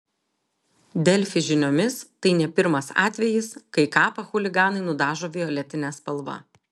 delfi žiniomis tai ne pirmas atvejis kai kapą chuliganai nudažo violetine spalva